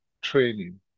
training